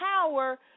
power